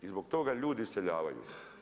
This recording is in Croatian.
I zbog toga ljudi iseljavaju.